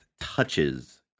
touches